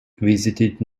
visited